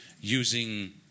using